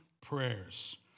prayers